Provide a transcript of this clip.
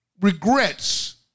regrets